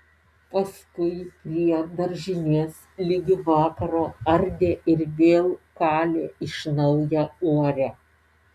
paskui prie daržinės ligi vakaro ardė ir vėl kalė iš naujo uorę